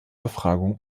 befragung